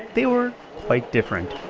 they were quite different